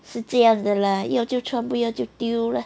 是这样的啦要就穿不也就丢 lah